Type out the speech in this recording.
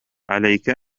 عليك